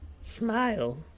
Smile